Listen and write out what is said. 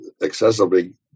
excessively